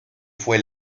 fue